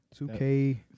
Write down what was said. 2K